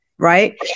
right